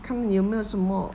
看你有没有什么